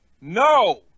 No